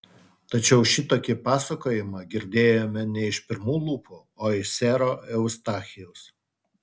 tačiau šitokį pasakojimą girdėjome ne iš pirmų lūpų o iš sero eustachijaus